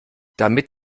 damit